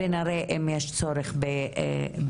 ונראה אם יש צורך בתיקונים.